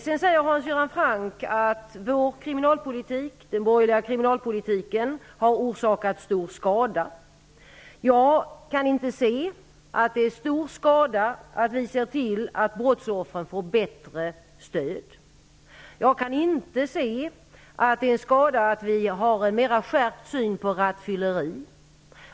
Hans Göran Franck säger också att vår kriminalpolitik, den borgerliga kriminalpolitiken, har orsakat stor skada. Jag kan inte inse att det är stor skada att vi ser till att brottsoffren får bättre stöd. Jag kan inte inse att det är skada att vi är för en skärpning av synen på rattfylleri.